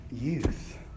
youth